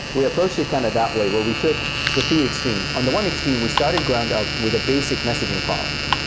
we approached it kind of that way where we took the two extremes. on the one extreme, we started ground-up with the basic messaging product.